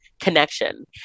connection